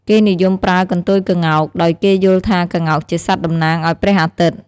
គេនិយមប្រើកន្ទុយក្ងោក ដោយគេយល់ថាក្ងោកជាសត្វតំណាងឱ្យព្រះអាទិត្យ។